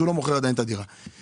שבה הוא לא מוכר את הדירה עדיין.